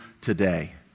today